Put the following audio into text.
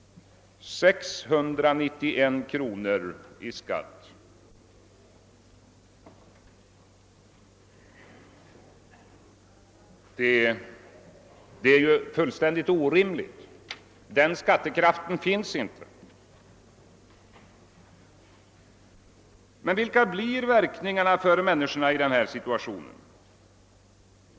Detta är ju fullständigt orimligt eftersom den skattekraften inte finns. Men vilka blir verkningarna för människorna i denna situation?